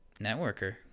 networker